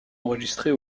enregistrée